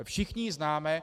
Všichni ji známe!